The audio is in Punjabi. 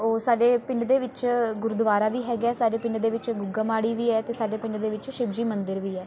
ਉਹ ਸਾਡੇ ਪਿੰਡ ਦੇ ਵਿੱਚ ਗੁਰਦੁਆਰਾ ਵੀ ਹੈਗਾ ਆ ਸਾਡੇ ਪਿੰਡ ਦੇ ਵਿੱਚ ਗੁੱਗਾ ਮਾੜੀ ਵੀ ਹੈ ਅਤੇ ਸਾਡੇ ਪਿੰਡ ਦੇ ਵਿੱਚ ਸ਼ਿਵਜੀ ਮੰਦਿਰ ਵੀ ਹੈ